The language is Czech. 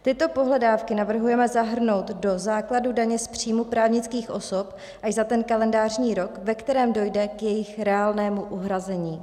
Tyto pohledávky navrhujeme zahrnout do základu daně z příjmu právnických osob až za ten kalendářní rok, ve kterém dojde k jejich reálnému uhrazení.